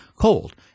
cold